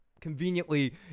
conveniently